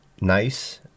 nice